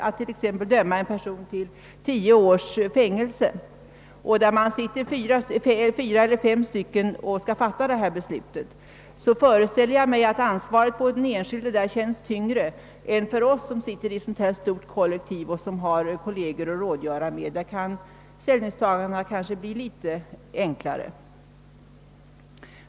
Om t.ex. fyra eller fem personer skall avgöra, om en person skall dömas till tio års fängelse, föreställer jag mig att ansvaret känns tyngre för den enskilde än det känns för oss som sitter i ett stort kollektiv och har många fler kolleger att rådgöra med.